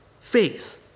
faith